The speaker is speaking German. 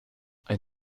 ein